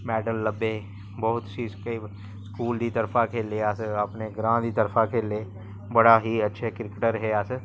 medal लब्भे बहुत चीज केईं स्कूल दी तरफा खेले अस अपने ग्रांऽ दी तरफा खेले बड़ा ही अच्छे क्रिकेटर हे अस